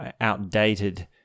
outdated